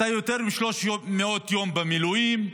אתה יותר מ-300 יום במילואים,